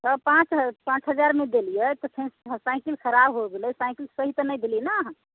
पाँच पाँच हजारमे देलियै तऽ फेन साइकिल खराब हो गेलै साइकिल सही तऽ नहि देलियै ने अहाँ